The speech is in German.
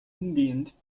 umgehend